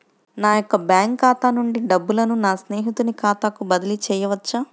నా యొక్క బ్యాంకు ఖాతా నుండి డబ్బులను నా స్నేహితుని ఖాతాకు బదిలీ చేయవచ్చా?